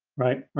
right,